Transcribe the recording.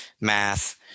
math